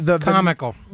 Comical